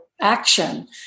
action